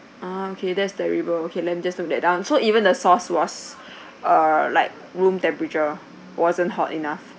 ah okay that's terrible okay let me just note that down so even the sauce was uh like room temperature wasn't hot enough